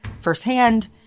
firsthand